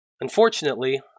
Unfortunately